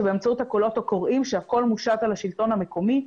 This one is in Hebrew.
שבאמצעות הקולות הקוראים הכול מושת על השלטון המקומי,